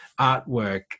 artwork